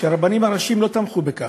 שהרבנים הראשיים לא תמכו בכך.